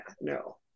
no